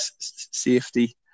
safety